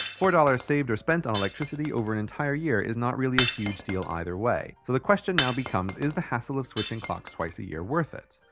four dollars saved or spent on electricity over an entire year is not really a huge deal either way. so the question now becomes is the hassle of switching the clocks twice a year worth it?